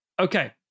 Okay